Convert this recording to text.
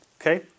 Okay